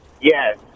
Yes